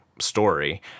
story